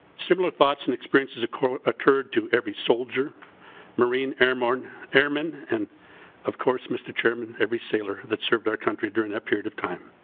similar thoughts and expenses occurred to every soldier marine airmen airmen and of course mr. chair um and every seller that served our country during that period of time.